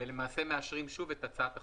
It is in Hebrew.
ולמעשה מאשרים שוב את הצעת החוק,